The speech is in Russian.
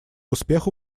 успеху